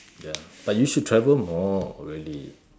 ya but you should travel more really